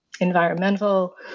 environmental